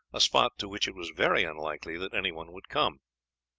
a spot to which it was very unlikely that anyone would come.